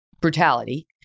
brutality